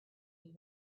you